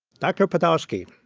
dr. podolsky,